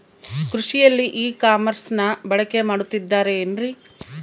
ಕೃಷಿಯಲ್ಲಿ ಇ ಕಾಮರ್ಸನ್ನ ಬಳಕೆ ಮಾಡುತ್ತಿದ್ದಾರೆ ಏನ್ರಿ?